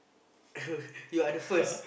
you are the first